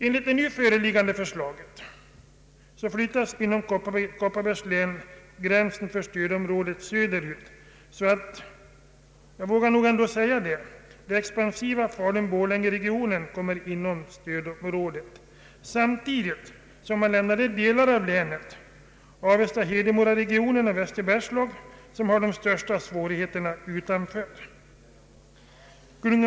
Enligt det nu föreliggande förslaget flyttas inom Kopparbergs län gränsen för stödområdet söderut, så att den expansiva Falun—Borlänge-regionen kommer inom stödområdet, samtidigt som de delar som har de största svårigheterna lämnas utanför, nämligen Avesta —Hedemora-regionen och Västerbergslag.